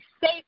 safe